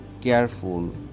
Careful